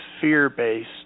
fear-based